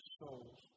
souls